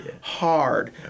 hard